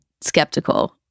skeptical